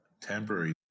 Temporary